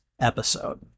episode